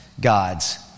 gods